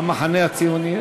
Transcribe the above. המחנה הציוני.